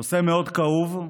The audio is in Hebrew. נושא מאוד כאוב,